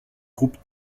groupe